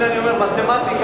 הנה אני אומר: מתמטיקה,